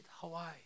Hawaii